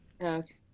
Okay